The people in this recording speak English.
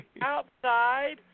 Outside